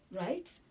right